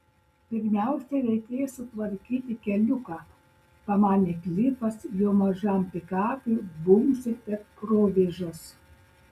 pirmiausia reikės sutvarkyti keliuką pamanė klifas jo mažam pikapui bumbsint per provėžas